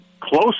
close